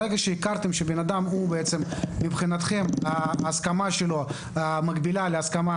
מהרגע שהכרתם בכך שההסמכה של אדם מקבילה להסמכה